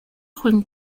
juan